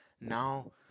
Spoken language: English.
Now